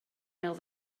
ail